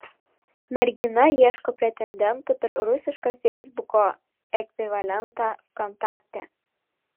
mergina ieško pretendentų per rusišką feisbuko ekvivalentą vkontakte